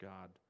God